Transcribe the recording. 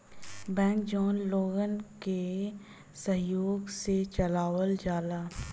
bank जौन लोगन क सहयोग से चलावल जाला